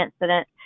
incident